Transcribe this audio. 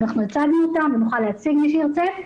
אנחנו הצגנו אותם ונוכל להציג למי שירצה.